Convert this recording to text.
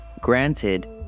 Granted